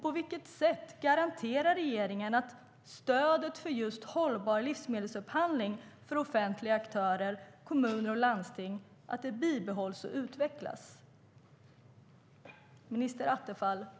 På vilket sätt garanterar regeringen att stödet för just hållbar livsmedelsupphandling för offentliga aktörer, kommuner och landsting bibehålls och utvecklas?